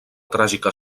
tràgica